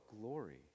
glory